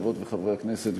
חברות וחברי הכנסת,